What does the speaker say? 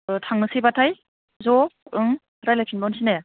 थांनोसै बाथाय ज' ओं रायज्लाय फिनबावनोसै ने